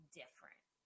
different